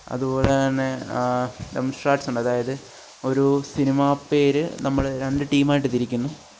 അതുപോലെ തന്നെ ദംഷാഡ്സുണ്ട് അതായത് ഒരു സിനിമ പേര് നമ്മൾ രണ്ട് ടീമായിട്ട് തിരിക്കുന്നു